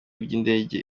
ry’indege